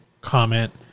comment